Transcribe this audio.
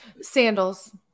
Sandals